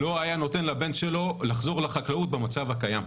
לא היה נותן לבן שלו לחזור לחקלאות במצב הקיים.